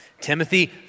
Timothy